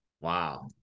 Wow